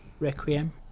Requiem